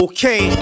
Okay